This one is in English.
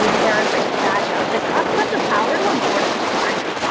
and daren't risk that, doug. the cops have the power to enforce compliance.